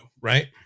right